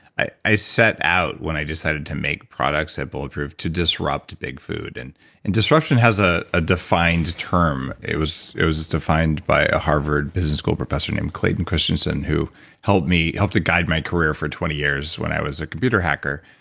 i i set out, when i decided to make products at bulletproof, to disrupt big food. and and disruption has ah a defined term. it was it was defined by a harvard business school professor named clayton christensen who helped to guide my career for twenty years when i was a computer hacker.